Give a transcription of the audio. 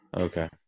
Okay